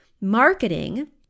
marketing